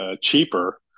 cheaper